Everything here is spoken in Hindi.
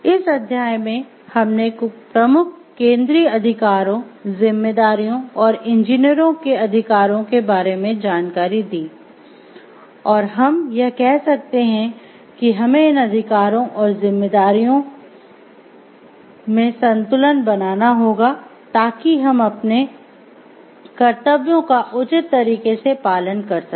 इस अध्याय में हमने प्रमुख केंद्रीय अधिकारों जिम्मेदारियों और इंजीनियरों के अधिकारों के बारे में जानकारी दी और हम यह कह सकते हैं कि हमें इन अधिकारों और जिम्मेदारियों संतुलन बनाना होगा ताकि हम अपने कर्तव्यों का उचित तरीके से पालन कर सकें